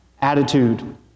attitude